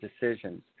decisions